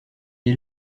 est